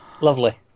lovely